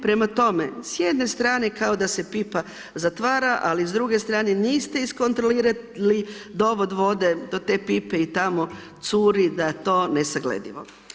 Prema tome, s jedne strane kao da se pipa zatvara ali s druge strane niste iskontrolirali dovod vode do te pipe i tamo curi da je to nesagledivo.